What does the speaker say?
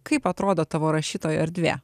kaip atrodo tavo rašytojo erdvė